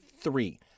three